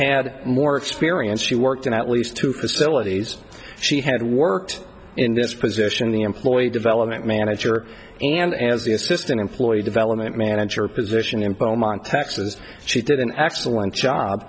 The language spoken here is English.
had more experience she worked in at least two facilities she had worked in this position the employee development manager and as the assistant employee development manager position in beaumont texas she did an excellent job